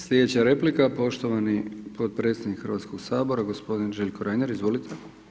Slijedeća replika poštovani potpredsjednik Hrvatskog sabora, g. Željko Reiner, izvolite.